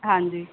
ਹਾਂਜੀ